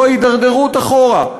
זוהי הידרדרות אחורה.